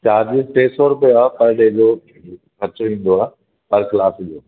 charge टे सौ रुपिया आहे पर डे जो ख़र्चो ईंदो आहे पर क्लास जो